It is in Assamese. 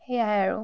সেয়াই আৰু